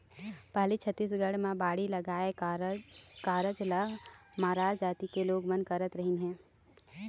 पहिली छत्तीसगढ़ म बाड़ी लगाए कारज ल मरार जाति के लोगन मन करत रिहिन हे